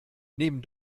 neben